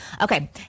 Okay